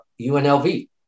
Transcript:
UNLV